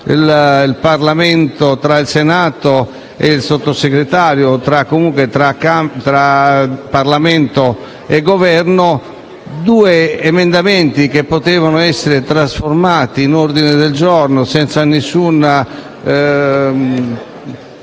*misunderstanding* tra il Senato e il Sottosegretario o comunque tra Parlamento e Governo, due emendamenti che potevano essere trasformati in ordini del giorno, senza alcun